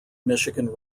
michigan